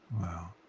Wow